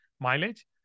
mileage